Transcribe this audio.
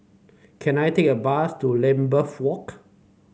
can I take a bus to Lambeth Walk